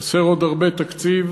חסר עוד הרבה תקציב,